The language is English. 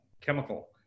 chemical